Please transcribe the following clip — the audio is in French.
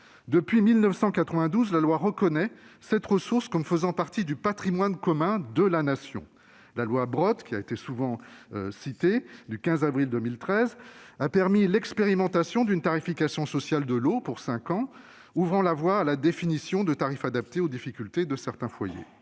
depuis 1992, la loi reconnaît la ressource en eau comme faisant partie du patrimoine commun de la Nation. La loi Brottes du 15 avril 2013 a permis l'expérimentation d'une tarification sociale de l'eau pour cinq ans, ouvrant la voie à la définition de tarifs adaptés aux difficultés de certains foyers.